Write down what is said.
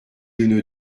une